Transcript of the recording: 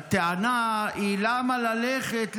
הטענה היא, למה ללכת למכרז?